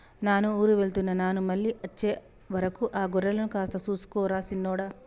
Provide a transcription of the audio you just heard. నాను ఊరు వెళ్తున్న నాను మళ్ళీ అచ్చే వరకు ఆ గొర్రెలను కాస్త సూసుకో రా సిన్నోడా